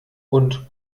und